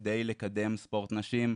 על מנת לקדם ספורט נשים,